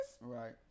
Right